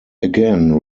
again